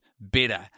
better